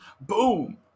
boom